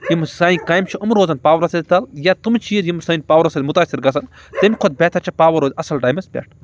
یِم سانہِ کامہ چھِ یِم روزَن پاورسے تَل یا تِم چیز یِم سٲنۍ پاورٕ سۭتۍ مُتاثر گَژھان تَمہ کھۄتہ بہتر چھُ پاور روزِ اصل ٹایمس پیٹھ